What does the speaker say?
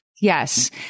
Yes